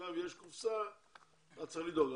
עכשיו יש קופסה אז צריך לדאוג.